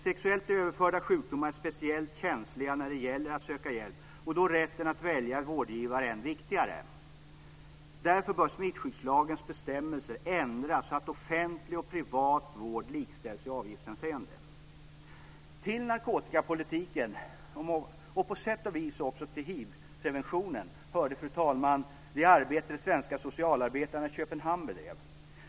Sexuellt överförda sjukdomar är speciellt känsliga när det gäller att söka hjälp, och då är rätten att välja vårdgivare än viktigare. Därför bör smittskyddslagens bestämmelser ändras så att offentlig och privat vård likställs i avgiftshänseende. Till narkotikapolitiken, men också på sätt och vis till hivpreventionen, hörde, fru talman, det arbete som de svenska socialarbetarna bedrev i Köpenhamn.